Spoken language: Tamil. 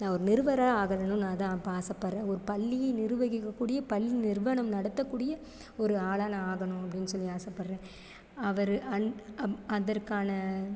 நான் ஒரு நிறுவரா ஆகணும்னு நான் அதாக இப்போ ஆசைப்படுறேன் ஒரு பள்ளி நிர்வகிக்கக்கூடிய பள்ளி நிறுவனம் நடத்தக்கூடிய ஒரு ஆளாக நான் ஆகணும் அப்படினு சொல்லி ஆசைப்படறேன் அவர் அதற்கான